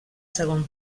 segon